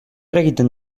egiten